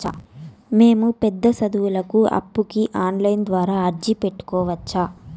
మేము పెద్ద సదువులకు అప్పుకి ఆన్లైన్ ద్వారా అర్జీ పెట్టుకోవచ్చా?